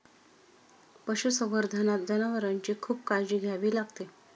पशुसंवर्धनात जनावरांची खूप काळजी घ्यावी लागते